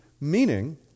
Meaning